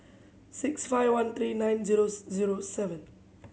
six five one three nine zeros zero seven